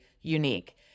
unique